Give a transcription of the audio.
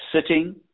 sitting